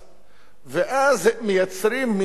ואז הם מייצרים מין פשרה,